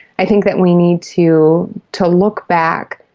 i think that we need to to look back,